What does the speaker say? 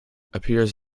appears